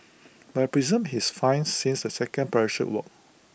but I presume he is fine since the second parachute worked